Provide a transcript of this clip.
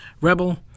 Rebel